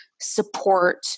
support